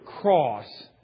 cross